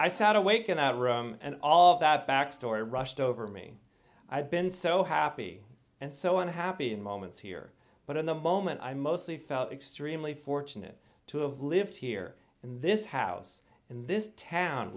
i sat awake in that room and all that back story rushed over me i'd been so happy and so unhappy in moments here but in the moment i mostly felt extremely fortunate to have lived here in this house in this town